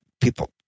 people